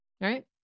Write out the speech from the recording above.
right